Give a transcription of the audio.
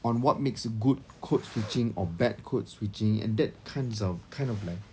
on what makes a good code switching or bad code switching and that kinds of kind of like